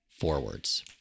forwards